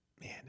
Man